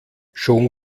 schon